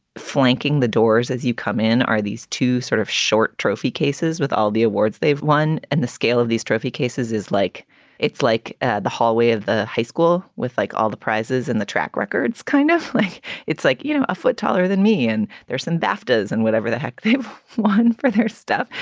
flanking the doors as you come in, are these two sort of short trophy cases with all the awards they've won? and the scale of these trophy cases is like it's like ah the hallway of the high school with like all the prizes and the track records, kind of like it's like, you know, a foot taller than me. and there's some baftas and whatever the heck they've won for their stuff.